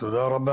אני מוכן להתנדב,